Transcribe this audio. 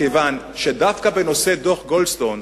מכיוון שדווקא בנושא דוח גודלסטון,